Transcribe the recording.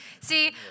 See